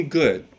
good